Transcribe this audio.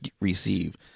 receive